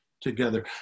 together